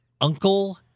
Uncle